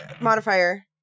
modifier